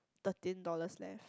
thirteen dollars left